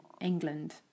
England